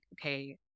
okay